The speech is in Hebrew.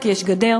כי יש גדר,